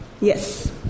Yes